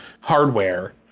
hardware